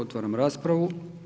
Otvaram raspravu.